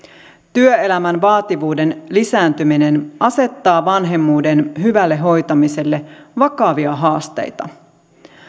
työelämän vaativuuden lisääntyminen asettaa vanhemmuuden hyvälle hoitamiselle vakavia haasteita